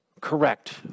correct